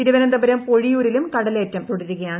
തിരുവനന്തപുരം പൊഴിയൂരിലും കടലേറ്റം തുടരുകയാണ്